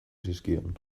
zizkion